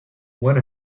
one